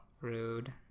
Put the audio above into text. Rude